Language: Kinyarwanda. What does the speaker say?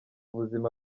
buzima